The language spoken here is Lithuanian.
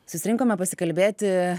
susirinkome pasikalbėti